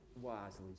wisely